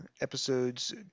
episodes